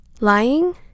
lying